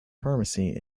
pharmacy